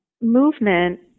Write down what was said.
movement